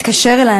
התקשר אלי,